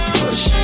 push